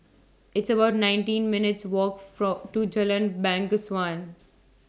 It's about nineteen minutes' Walk Follow to Jalan Bangsawan